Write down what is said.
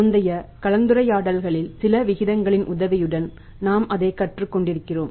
முந்தைய கலந்துரையாடல்களில் சில விகிதங்களின் உதவியுடன் அதை நாம் கற்றுக் கொண்டிருக்கிறோம்